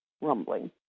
rumbling